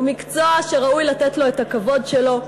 הוא מקצוע שראוי לתת לו את הכבוד שלו.